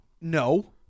No